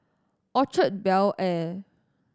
Orchard Bel Air